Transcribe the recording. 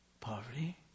Poverty